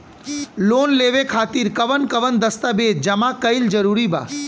Loan लेवे खातिर कवन कवन दस्तावेज जमा कइल जरूरी बा?